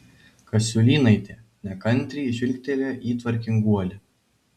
kasiulynaitė nekantriai žvilgtelėjo į tvarkinguolį